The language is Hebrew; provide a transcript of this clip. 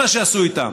זה מה שעשו איתם.